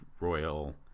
royal